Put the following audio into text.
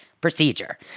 procedure